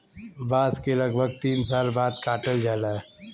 बांस के लगभग तीन साल बाद काटल जाला